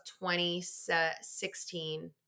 2016